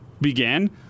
began